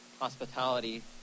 hospitality